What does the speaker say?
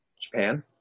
Japan